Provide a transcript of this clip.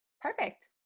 Perfect